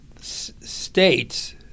states